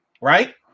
right